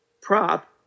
prop